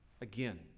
again